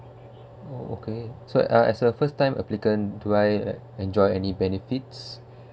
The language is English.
oh okay so uh as a first time applicant do I en~ enjoy any benefits